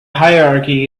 hierarchy